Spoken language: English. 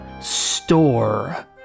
store